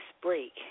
break